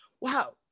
wow